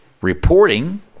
reporting